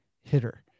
hitter